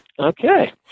Okay